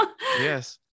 Yes